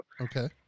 Okay